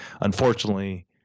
unfortunately